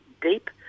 deep